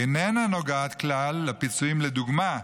היא איננה נוגעת כלל לפיצויים לדוגמה,